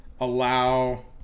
allow